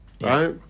right